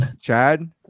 chad